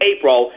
April